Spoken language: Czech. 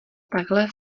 takhle